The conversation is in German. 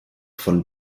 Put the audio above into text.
von